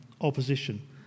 opposition